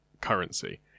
currency